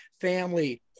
family